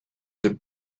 the